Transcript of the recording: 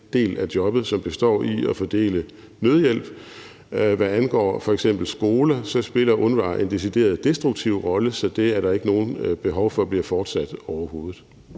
del af jobbet, som består i at fordele nødhjælp. Hvad angår f.eks. skole, spiller UNRWA en decideret destruktiv rolle, så det er der ikke noget behov for bliver fortsat overhovedet.